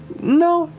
no,